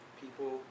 people